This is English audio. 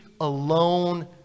alone